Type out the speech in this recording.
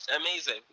Amazing